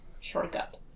shortcut